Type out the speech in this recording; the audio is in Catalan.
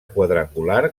quadrangular